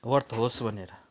worth होस् भनेर